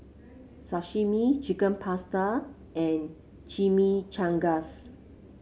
Sashimi Chicken Pasta and Chimichangas